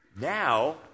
now